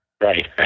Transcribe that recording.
Right